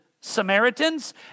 Samaritans